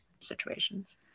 situations